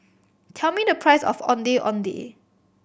tell me the price of Ondeh Ondeh